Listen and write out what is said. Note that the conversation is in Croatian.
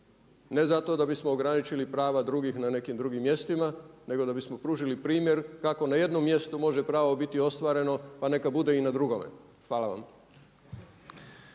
ne zato da bismo ograničili prava drugih na nekim drugim mjestima, nego da bismo pružili primjer kako na jednom mjestu može pravo biti ostvareno, pa neka bude i na drugome. Hvala vam.